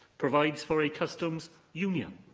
provides for a customs union.